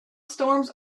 storms